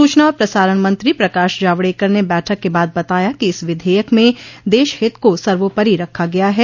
सूचना और प्रसारण मंत्री प्रकाश जावड़ेकर ने बैठक के बाद बताया कि इस विधेयक में देश हित को सर्वोपरि रखा गया है